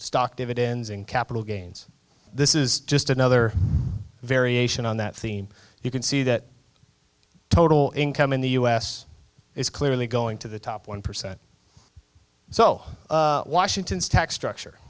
stock dividends and capital gains this is just another variation on that theme you can see that total income in the us is clearly going to the top one percent so washington's tax